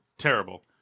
Terrible